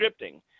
scripting